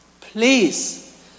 please